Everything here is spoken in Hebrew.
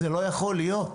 לא יכול להיות.